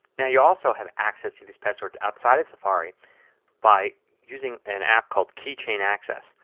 yeah you also have access to this password outside of safari by using an app called keychain access.